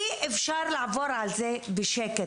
אי אפשר לעבור על זה בשקט.